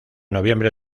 noviembre